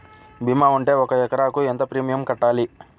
భీమా ఉంటే ఒక ఎకరాకు ఎంత ప్రీమియం కట్టాలి?